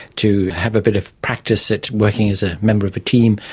to have a bit of practice at working as a member of a team,